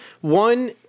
one